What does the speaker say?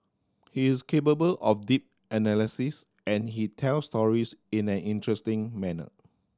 he is capable of deep analysis and he tells stories in an interesting manner